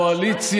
תוך מעשה רמייה,